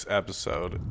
episode